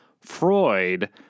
Freud